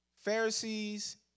Pharisees